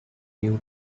due